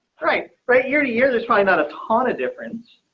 right, right, year to year, there's probably not a ton of difference.